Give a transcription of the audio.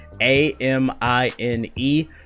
A-M-I-N-E